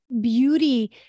beauty